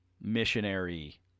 missionary